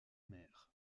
mer